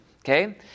okay